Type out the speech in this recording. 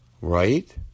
Right